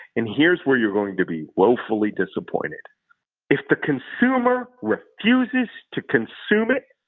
and here's where you're going to be woefully disappointed if the consumer refuses to consume it,